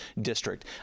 district